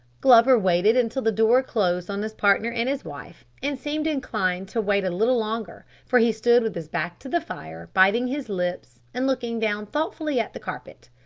glover waited until the door closed on his partner and his wife and seemed inclined to wait a little longer, for he stood with his back to the fire, biting his lips and looking down thoughtfully at the carpet.